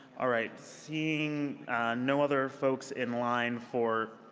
all right. seeing no other folks in line for